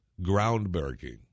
Groundbreaking